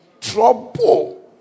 trouble